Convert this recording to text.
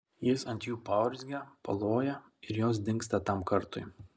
jis ant jų paurzgia paloja ir jos dingsta tam kartui